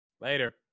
Later